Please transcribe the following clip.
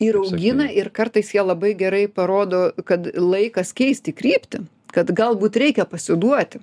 ir augina ir kartais jie labai gerai parodo kad laikas keisti kryptį kad galbūt reikia pasiduoti